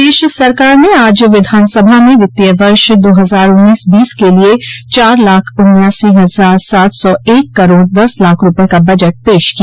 प्रदेश सरकार ने आज विधानसभा में वित्तीय वर्ष दो हजार उन्नीस बीस के लिये चार लाख उन्यासी हजार सात सौ एक करोड़ दस लाख रूपये का बजट पेश किया